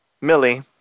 Millie